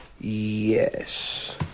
Yes